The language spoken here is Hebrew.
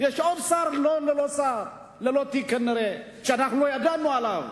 ויש כנראה עוד שר ללא תיק שאנחנו לא ידענו עליו.